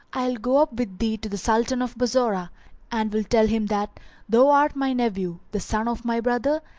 i will go up with thee to the sultan of bassorah and will tell him that thou art my nephew, the son of my brother,